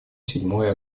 седьмое